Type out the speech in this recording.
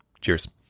Cheers